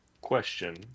question